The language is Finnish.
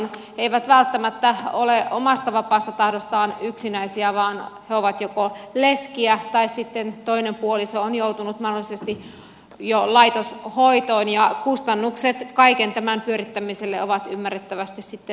he eivät välttämättä ole omasta vapaasta tahdostaan yksinäisiä vaan joko he ovat leskiä tai sitten puoliso on joutunut mahdollisesti jo laitoshoitoon ja kustannukset kaiken tämän pyörittämiselle ovat ymmärrettävästi sitten kovat